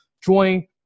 Join